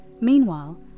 Meanwhile